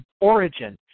origin